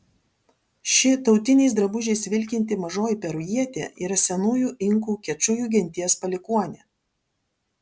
ši tautiniais drabužiais vilkinti mažoji perujietė yra senųjų inkų kečujų genties palikuonė